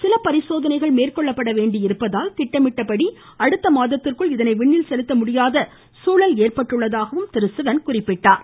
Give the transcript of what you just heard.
சில பரிசோதனைகள் மேற்கொள்ளப்படவேண்டி இருப்பதால் திட்டமிட்டபடி செலுத்த மாதத்திற்குள் இதனை விண்ணில் அடுத்த முடியாத சூழல் ஏற்பட்டுள்ளதாகவும் அவர் குறிப்பிட்டார்